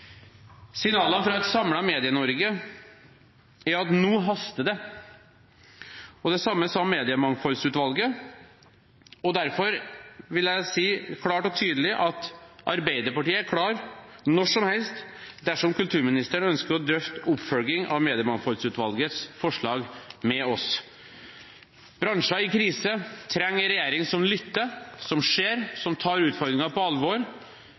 Signalene fra et samlet Medie-Norge er at nå haster det. Det samme sa Mediemangfoldsutvalget. Derfor vil jeg si klart og tydelig at Arbeiderpartiet er klar når som helst dersom kulturministeren ønsker å drøfte oppfølging av Mediemangfoldsutvalgets forslag med oss. Bransjer i krise trenger en regjering som lytter, som ser, og som tar utfordringene på alvor.